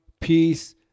peace